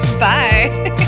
Bye